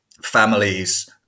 families